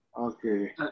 Okay